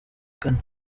kane